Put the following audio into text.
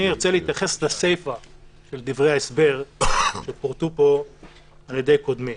אני ארצה להתייחס לסיפא של דברי ההסבר שפורטו על-ידי קודמי: